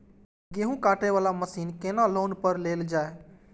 गेहूँ काटे वाला मशीन केना लोन पर लेल जाय?